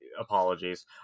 apologies